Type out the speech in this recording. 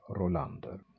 Rolander